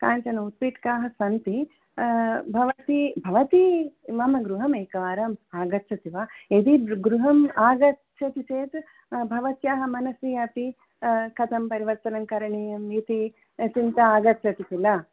काञ्चन उत्पीठिकाः सन्ति भवति भवती मम गृहम् एकवारम् आगच्छति वा यदि गृहम् आगच्छति चेत् भवत्याः मनसि अपि कथं परिवर्तनं करणीयम् इति चिन्ता आगच्छति किल